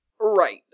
Right